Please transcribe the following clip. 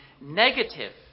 negative